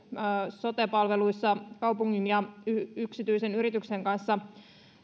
sote palveluissa kaupungin ja yksityisen yrityksen kanssa